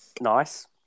Nice